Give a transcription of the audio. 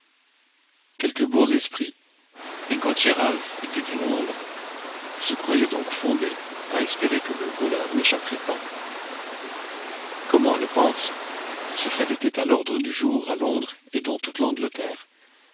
quelques bons esprits et gauthier ralph était du nombre se croyaient donc fondés à espérer que le voleur n'échapperait pas comme on le pense ce fait était à l'ordre du jour à londres et dans toute l'angleterre